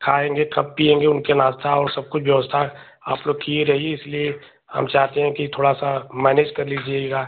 खाएँगे कब पिऍंगे उनके नाश्ते और सब कुछ व्यवस्था आप लोग किए रहिए इसलिए हम चाहते हैं कि थोड़ा सा मैनेज कर लीजिएगा